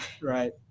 Right